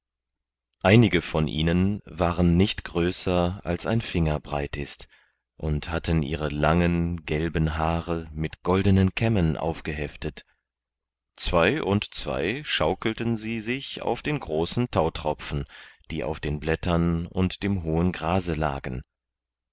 einige von ihnen waren nicht größer als ein finger breit ist und hatten ihre langen gelben haare mit goldenen kämmen aufgeheftet zwei und zwei schaukelten sie sich auf den großen tautropfen die auf den blättern und dem hohen grase lagen